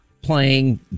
playing